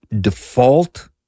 default